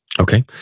Okay